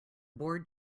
board